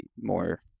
more